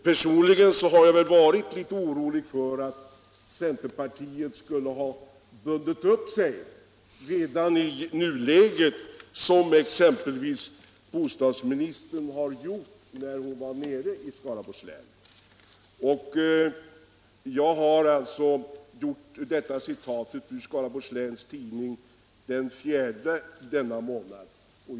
Personligen har jag varit litet orolig för att centerpartiet skulle ha bundit upp sig redan i nuläget, som exempelvis bostadsministern gjorde, när hon besökte Skaraborgs län. Jag citerade ur Skaraborgs Läns Tidning för den 4 april.